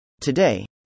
Today